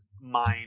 mind